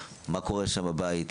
מה קורה שם בבית,